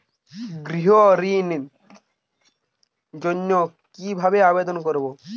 গৃহ ঋণ জন্য কি ভাবে আবেদন করব?